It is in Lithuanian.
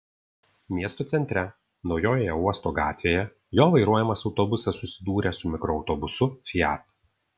miesto centre naujojoje uosto gatvėje jo vairuojamas autobusas susidūrė su mikroautobusu fiat